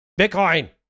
bitcoin